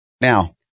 Now